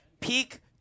Peak